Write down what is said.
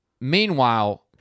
Meanwhile